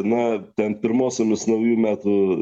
nuo ten pirmosiomis naujų metų